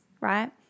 right